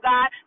God